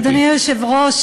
אדוני היושב-ראש,